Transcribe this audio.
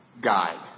guide